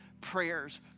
prayers